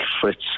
Fritz